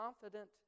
confident